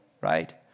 right